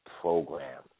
program